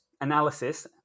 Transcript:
analysis